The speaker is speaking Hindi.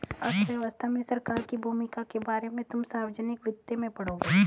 अर्थव्यवस्था में सरकार की भूमिका के बारे में तुम सार्वजनिक वित्त में पढ़ोगे